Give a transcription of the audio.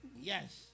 Yes